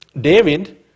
David